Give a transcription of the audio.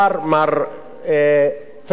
מר פרידמן,